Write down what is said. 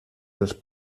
dels